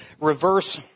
reverse